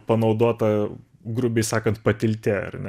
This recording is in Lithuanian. panaudota grubiai sakant patiltė ar ne